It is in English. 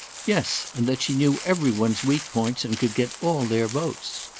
yes! and that she knew every one's weak points and could get all their votes.